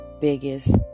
biggest